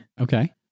Okay